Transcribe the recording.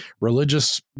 religious